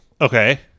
Okay